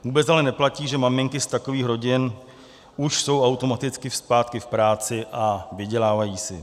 Vůbec ale neplatí, že maminky z takových rodin už jsou automaticky zpátky v práci a vydělávají si.